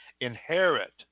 inherit